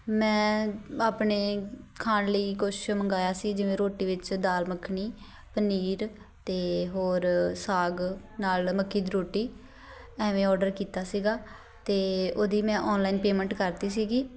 ਮੈਂ ਆਪਣੇ ਖਾਣ ਲਈ ਕੁਛ ਮੰਗਵਾਇਆ ਸੀ ਜਿਵੇਂ ਰੋਟੀ ਵਿੱਚ ਦਾਲ ਮੱਖਣੀ ਪਨੀਰ ਅਤੇ ਹੋਰ ਸਾਗ ਨਾਲ ਮੱਕੀ ਦੀ ਰੋਟੀ ਐਵੇਂ ਔਡਰ ਕੀਤਾ ਸੀਗਾ ਅਤੇ ਉਹਦੀ ਮੈਂ ਔਨਲਾਈਨ ਪੇਮੈਂਟ ਕਰਤੀ ਸੀਗੀ